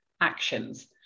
actions